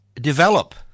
develop